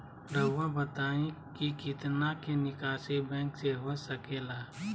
रहुआ बताइं कि कितना के निकासी बैंक से हो सके ला?